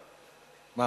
אבישי,